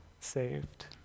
saved